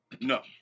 No